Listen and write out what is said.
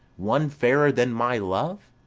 one fairer than my love?